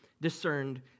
discerned